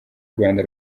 rwanda